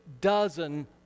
dozen